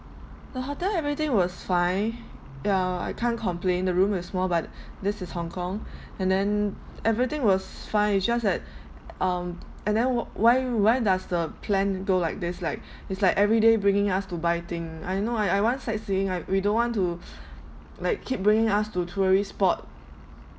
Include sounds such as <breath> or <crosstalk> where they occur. the hotel everything was fine yeah I can't complain the room is small but this is hong kong <breath> and then everything was fine is just that um and then why why does the plan go like this like it's like everyday bringing us to buy thing I know I I want sightseeing I we don't want to <breath> like keep bringing us to tourist spot